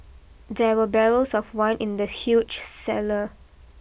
there were barrels of wine in the huge cellar